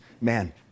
man